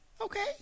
Okay